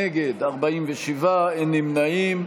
נגד, 47, אין נמנעים.